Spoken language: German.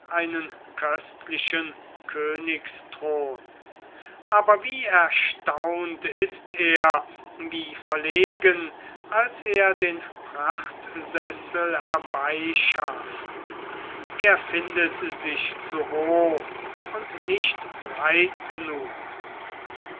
einen köstlichen königsthron aber wie erstaunt ist er wie verlegen als er den prachtsessel herbeischafft er findet sich zu hoch und nicht breit genug